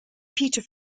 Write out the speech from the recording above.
peter